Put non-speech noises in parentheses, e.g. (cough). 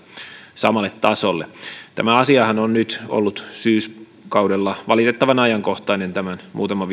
samalle tasolle tämä asiahan on nyt ollut syyskaudella valitettavan ajankohtainen tämän muutama (unintelligible)